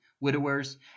widowers